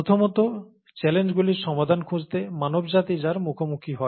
প্রথমত চ্যালেঞ্জগুলির সমাধান খুঁজতে মানবজাতি যার মুখোমুখি হয়